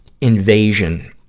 invasion